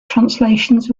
translations